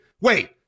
wait